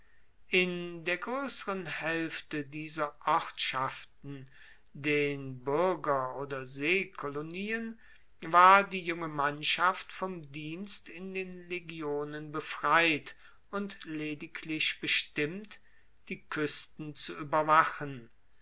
in der groesseren haelfte dieser ortschaften den buerger oder seekolonien war die junge mannschaft vom dienst in den legionen befreit und lediglich bestimmt die kuesten zu ueberwachen